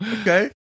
Okay